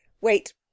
wait